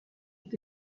est